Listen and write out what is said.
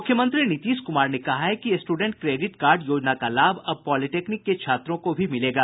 मुख्यमंत्री नीतीश कुमार ने कहा है कि स्ट्रेंट क्रेडिट कार्ड योजना का लाभ अब पॉलिटेक्निक के छात्रों को भी मिलेगा